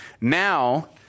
Now